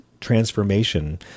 transformation